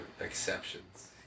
exceptions